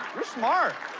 you're smart.